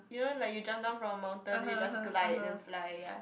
you know like you jump down from a mountain then you just glide then fly ya